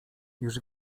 już